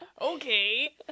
Okay